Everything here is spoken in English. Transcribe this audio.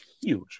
huge